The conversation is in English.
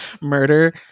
murder